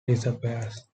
disappears